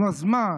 נו, אז מה?